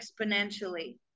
exponentially